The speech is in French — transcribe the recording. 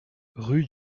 rue